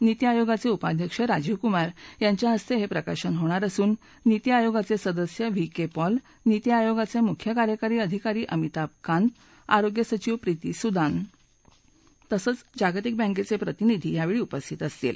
नीती आयोगाचे उपाध्यक्ष राजीव कुमार यांच्या हस्ते हे प्रकाशन होणार असून नीती आयोगाचे सदस्य व्ही के पॉल नीती आयोगाचे मुख्य कार्यकारी अधिकारी अमिताभ कांत आरोग्य सचीव प्रीती सुदान तसंच जागतिक बँकेचे प्रतिनिधी यावेळी उपस्थित असतील